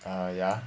ah ya